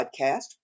podcast